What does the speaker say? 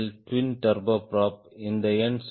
twin turboprop இந்த எண் சுமார் 8